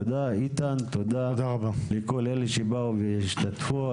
תודה איתן, תודה לכל אלה שבאו והשתתפו.